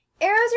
Arrows